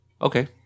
Okay